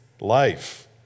life